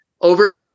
over